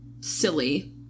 Silly